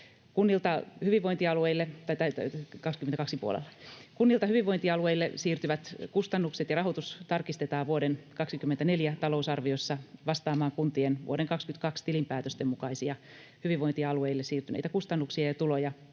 Kunnilta hyvinvointialueille siirtyvät kustannukset ja rahoitus tarkistetaan vuoden 24 talousarviossa vastaamaan kuntien vuoden 22 tilinpäätösten mukaisia hyvinvointialueille siirtyneitä kustannuksia ja tuloja,